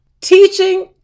teaching